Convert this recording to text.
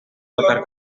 tocar